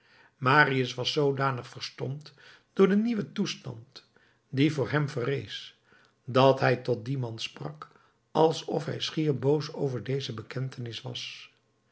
marius was zoodanig verstomd door den nieuwen toestand die voor hem verrees dat hij tot dien man sprak alsof hij schier boos over deze bekentenis was